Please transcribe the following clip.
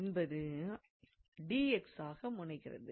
என்பது ஆக முனைகிறது